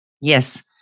Yes